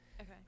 Okay